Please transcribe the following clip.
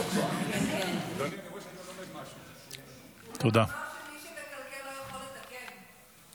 הוא גם אמר שמי שמקלקל לא יכול לתקן.